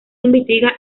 investiga